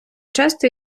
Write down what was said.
часто